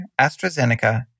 AstraZeneca